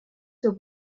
der